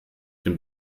den